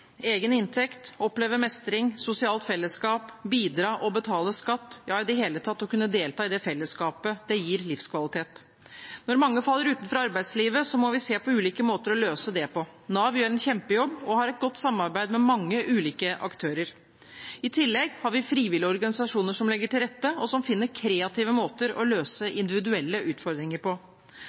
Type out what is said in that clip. Egen inntekt, å oppleve mestring, sosialt fellesskap og bidra til å betale skatt, ja, i det hele tatt å kunne delta i fellesskapet, gir livskvalitet. Når mange faller utenfor arbeidslivet, må vi se på ulike måter å løse det på. Nav gjør en kjempejobb og har et godt samarbeid med mange ulike aktører. I tillegg har vi frivillige organisasjoner som legger til rette og finner kreative måter å løse individuelle utfordringer på.